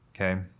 okay